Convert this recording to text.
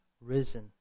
risen